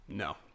No